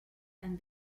and